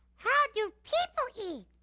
how do people eat?